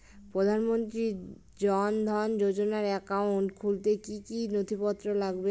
প্রধানমন্ত্রী জন ধন যোজনার একাউন্ট খুলতে কি কি নথিপত্র লাগবে?